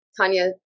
Tanya